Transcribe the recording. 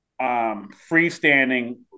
freestanding